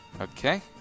Okay